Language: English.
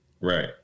Right